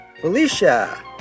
Felicia